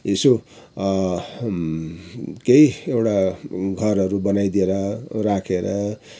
यसो केही एउटा घरहरू बनाइदिएर राखेर